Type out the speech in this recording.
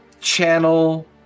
channel